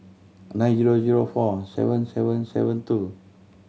nine zero zero four seven seven seven two